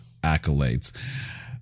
accolades